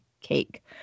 Cake